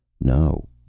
No